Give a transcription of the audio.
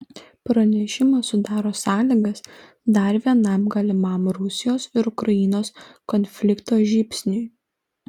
pranešimas sudaro sąlygas dar vienam galimam rusijos ir ukrainos konflikto žybsniui